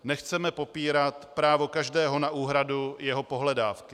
Nechceme popírat právo každého na úhradu jeho pohledávky.